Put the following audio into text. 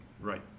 right